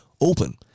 open